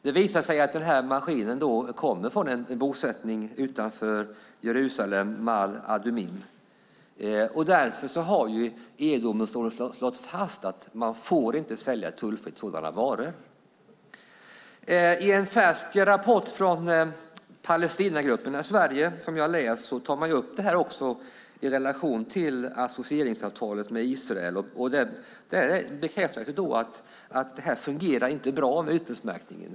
Det visar sig att denna maskin kommer från en bosättning utanför Jerusalem, Maale Adumim, och därför har EU-domstolen slagit fast att man inte får sälja sådana varor tullfritt. I en färsk rapport från Palestinagrupperna i Sverige som jag har läst tar man också upp detta i relation till associeringsavtalet med Israel. Där bekräftas att det inte fungerar bra med ursprungsmärkningen.